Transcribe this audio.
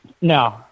No